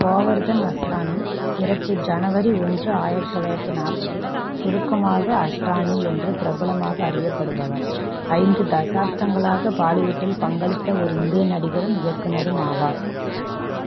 கோவர்தன் அஸ்ரானி பிறப்பு ஜனவரி ஒன்று ஆயிரத்து தொள்ளாயிரத்தி நாற்பது சுருக்கமாக அஸ்ரானி என்று பிரபலமாக அறியப்படுபவர் ஐந்து தசாப்தங்களாக பாலிவுட்டில் பங்களித்த ஒரு இந்திய நடிகரும் இயக்குநரும் ஆவார்